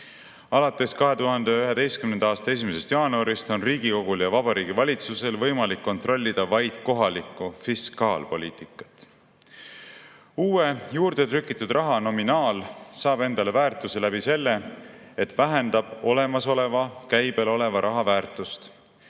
Alates 2011. aasta 1. jaanuarist on Riigikogul ja Vabariigi Valitsusel võimalik kontrollida vaid kohalikku fiskaalpoliitikat. Uue, juurdetrükitud raha nominaal saab endale väärtuse sellega, et vähendab olemasoleva, käibel oleva raha väärtust.